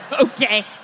Okay